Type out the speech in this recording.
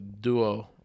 duo